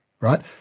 right